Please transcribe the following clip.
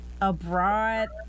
abroad